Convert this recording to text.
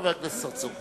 חבר הכנסת צרצור.